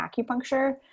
acupuncture